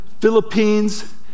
Philippines